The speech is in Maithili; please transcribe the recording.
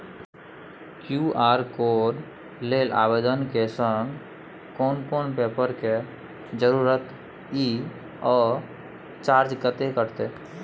क्यू.आर कोड लेल आवेदन के संग कोन कोन पेपर के जरूरत इ आ चार्ज कत्ते कटते?